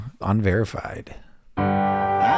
unverified